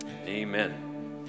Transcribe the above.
Amen